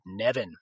Nevin